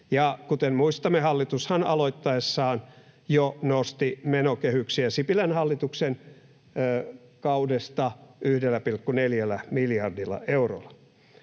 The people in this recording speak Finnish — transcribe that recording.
Kuten muistamme, hallitushan aloittaessaan jo nosti menokehyksiä Sipilän hallituksen kaudesta 1,4 miljardilla eurolla.